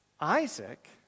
Isaac